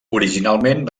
originalment